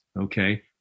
okay